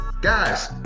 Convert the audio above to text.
guys